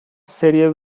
serie